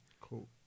Cool